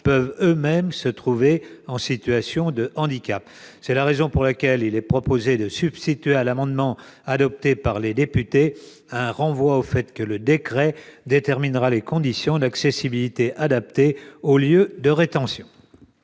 -peuvent, eux-mêmes, se trouver en situation de handicap. C'est pourquoi il est proposé de substituer, à l'amendement adopté par les députés, une précision indiquant que le décret déterminera les conditions d'accessibilité adaptées aux lieux de rétention.